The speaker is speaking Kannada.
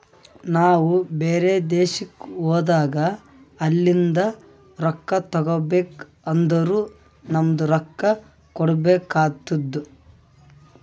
ನಾವು ಬ್ಯಾರೆ ದೇಶ್ಕ ಹೋದಾಗ ಅಲಿಂದ್ ರೊಕ್ಕಾ ತಗೋಬೇಕ್ ಅಂದುರ್ ನಮ್ದು ರೊಕ್ಕಾ ಕೊಡ್ಬೇಕು ಆತ್ತುದ್